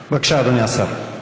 בבקשה, אדוני השר.